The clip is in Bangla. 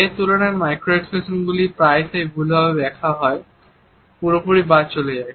এর তুলনায় মাইক্রো এক্সপ্রেশনগুলি প্রায়শই ভুল ভাবে ব্যাখ্যা হয় পুরোপুরি বাদ চলে যায়